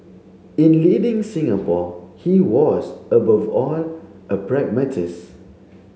in leading Singapore he was above all a pragmatist